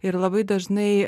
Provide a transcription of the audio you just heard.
ir labai dažnai